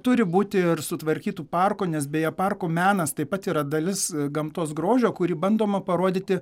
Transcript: turi būti ir sutvarkytų parkų nes beje parkų menas taip pat yra dalis gamtos grožio kurį bandoma parodyti